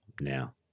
Now